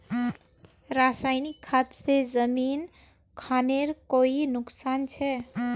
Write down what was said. रासायनिक खाद से जमीन खानेर कोई नुकसान छे?